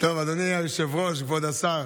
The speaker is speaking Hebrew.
אדוני היושב-ראש, כבוד השר,